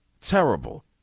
Terrible